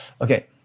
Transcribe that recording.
Okay